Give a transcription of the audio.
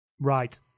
Right